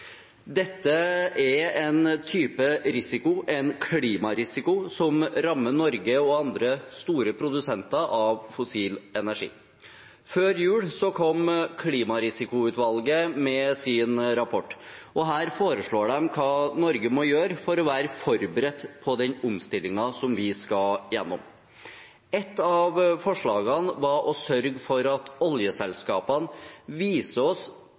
Dette er en type risiko, en klimarisiko, som rammer Norge og andre store produsenter av fossil energi. Før jul kom klimarisikoutvalget med sin rapport, og der foreslår de hva Norge må gjøre for å være forberedt på den omstillingen vi skal gjennom. Et av forslagene var å sørge for at oljeselskapene viser oss